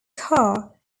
carr